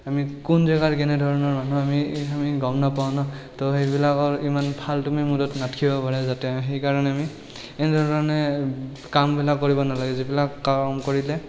আমি কোন জেগাৰ কেনেধৰণৰ মানুহ আমি আমি গম নাপাওঁ না তো সেইবিলাকৰ ইমান ফাল্টুৱামি মূৰত নাথাকিব পাৰে যাতে সেইকাৰণে আমি এনেধৰণৰ কামবিলাক কৰিব নালাগে যিবিলাক কাম কৰিলে